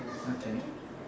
okay